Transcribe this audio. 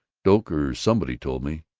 doak or somebody told me.